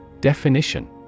Definition